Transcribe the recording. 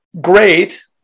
great